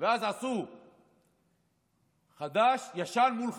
ואז עשו ישן מול חדש,